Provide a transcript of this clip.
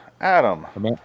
Adam